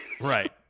right